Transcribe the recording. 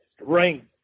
strength